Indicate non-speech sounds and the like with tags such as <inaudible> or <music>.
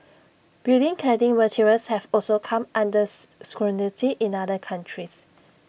building cladding materials have also come under <unintelligible> scrutiny in other countries